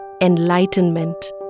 enlightenment